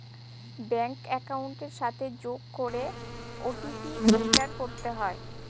bank একাউন্টের সাথে যোগ করে ও.টি.পি এন্টার করতে হয়